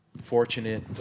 fortunate